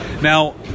Now